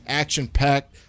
action-packed